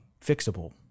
fixable